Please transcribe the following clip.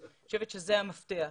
אני חושבת שזה המפתח.